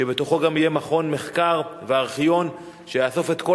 שבתוכו גם יהיה מכון מחקר וארכיון שיאסוף את כל